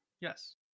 yes